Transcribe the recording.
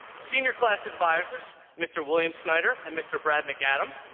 senior class advisors mr. william snyder and mr. brad mcadam,